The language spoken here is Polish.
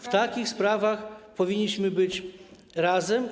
W takich sprawach powinniśmy być razem.